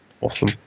awesome